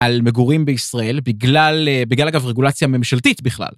על מגורים בישראל בגלל אגב רגולציה ממשלתית בכלל.